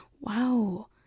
wow